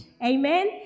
Amen